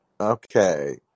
Okay